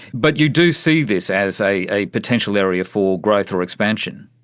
but you do see this as a a potential area for growth or expansion.